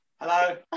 Hello